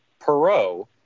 Perot